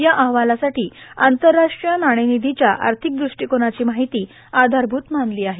या अहवालासाठी आंतरराष्ट्रीय नाणेनिधीच्या आर्थिक दृष्टीकोनाची माहिती आधारभूत मानली आहे